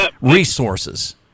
resources